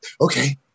okay